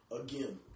Again